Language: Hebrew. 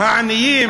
אצל העניים,